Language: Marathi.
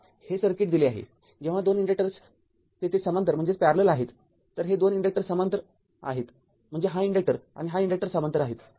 हे सर्किट दिले आहे जेव्हा २ इन्डक्टर्स तेथे समांतर आहेत तर हे २ इंडक्टर समांतर आहेत म्हणजे हा इन्डक्टर आणि हा इन्डक्टर समांतर आहेत